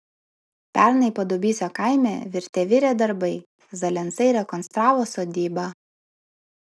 pernai padubysio kaime virte virė darbai zalensai rekonstravo sodybą